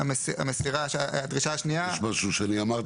יש משהו שאני אמרתי.